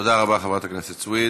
תודה רבה, חברת הכנסת סויד.